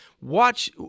Watch –